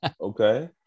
Okay